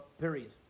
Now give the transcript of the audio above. period